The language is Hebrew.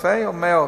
אלפי או מאות?